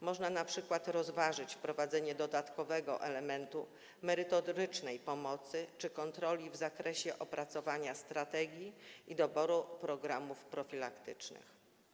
Można np. rozważyć wprowadzenie dodatkowego elementu merytorycznej pomocy czy kontroli w zakresie opracowania strategii i doboru programów profilaktycznych.